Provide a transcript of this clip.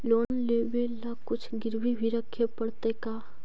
Loan लेबे ल कुछ गिरबी भी रखे पड़तै का?